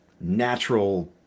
natural